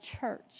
church